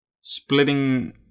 splitting